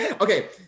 okay